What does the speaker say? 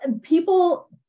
people